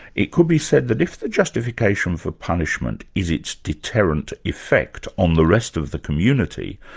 it could be said that if the justification for punishment is its deterrent effect on the rest of the community,